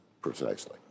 Precisely